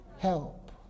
help